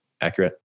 accurate